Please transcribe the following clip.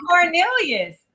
Cornelius